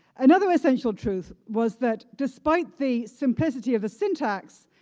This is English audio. another essential truth was that despite the simplicity of the syntax,